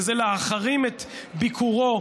וזה להחרים את ביקורו,